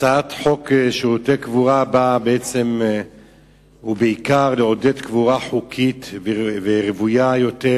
הצעת חוק שירותי קבורה באה בעיקר לעודד קבורה חוקית ורוויה יותר,